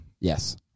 Yes